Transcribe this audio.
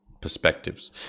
perspectives